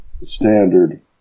standard